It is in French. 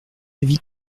avis